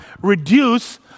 reduce